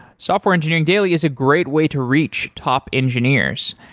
software engineering daily is a great way to reach top engineers.